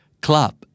Club